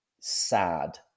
sad